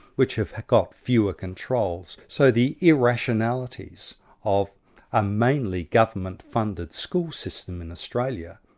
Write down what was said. which have got fewer controls. so the irrationalities of a mainly government funded school system in australia,